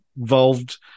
involved